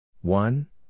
One